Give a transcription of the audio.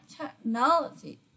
technology